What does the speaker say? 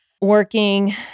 working